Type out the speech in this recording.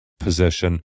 position